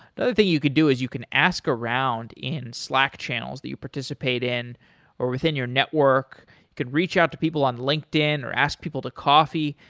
the other thing you could do is you can ask around in slack channels that you participate in or within your network. you could reach out to people on linkedin or ask people to coffee.